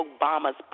Obama's